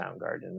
Soundgarden